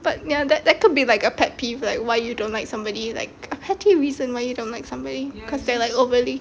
but ya that that could be like a pet peeve like why you don't like somebody like a petty reason why you don't like somebody because they'll like overly